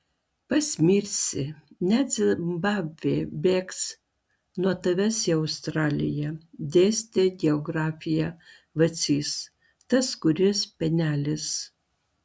pasmirsi net zimbabvė bėgs nuo tavęs į australiją dėstė geografiją vacys tas kuris penelis